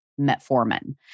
metformin